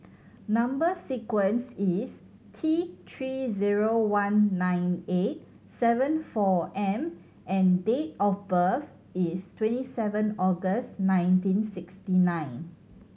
number sequence is T Three zero one nine eight seven four M and date of birth is twenty seven August nineteen sixty nine